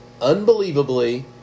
unbelievably